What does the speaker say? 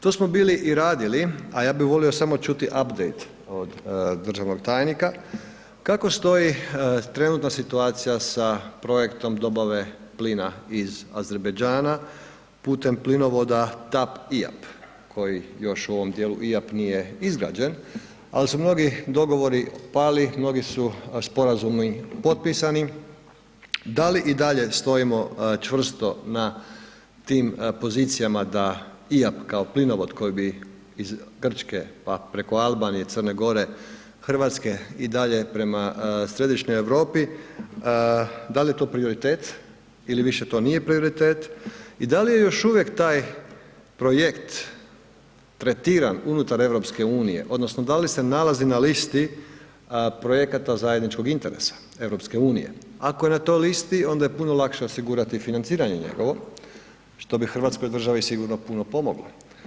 To smo bili i radili, a ja bi volio samo čuti ab date od državnog tajnika, kako stoji trenutna situacija sa projektom dobave plina iz Azerbajdžana putem plinovoda TAP IAP koji još u ovom dijelu IAP nije izgrađen, al su mnogi dogovori pali, mnogi su sporazumi potpisani, da li i dalje stojimo čvrsto na tim pozicijama da IAP kao plinovod koji bi iz Grčke, pa preko Albanije, Crne Gore, RH i dalje prema središnjoj Europi, dal je to prioritet ili više to nije prioritet i da li je još uvijek taj projekt tretiran unutar EU odnosno da li se nalazi na listi projekata zajedničkog interesa EU, ako je na toj listi onda je puno lakše osigurati financiranje njegovo, što bi hrvatskoj državi sigurno puno pomoglo.